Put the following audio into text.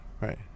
right